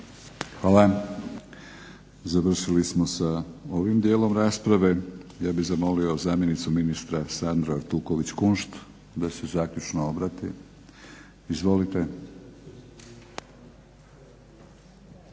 Hvala. Završili smo sa ovim dijelom rasprave. ja bih zamolio zamjenicu ministru Sandru Artuković-Kunšt da se zaključno obrati. Izvolite.